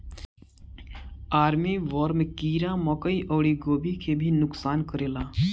army worm कीड़ा मकई अउरी गोभी के भी नुकसान करेला